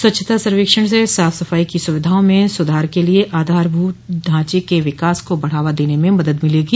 स्वच्छता सर्वेक्षण से साफ सफाई की सुविधाओं में सुधार के लिए आधारभूत ढांचे के विकास को बढ़ावा देने में मदद मिलेगी